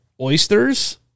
oysters